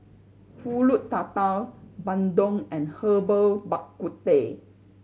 Pulut Tatal bandung and Herbal Bak Ku Teh